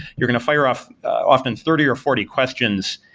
you're going to fire off often thirty or forty questions.